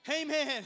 amen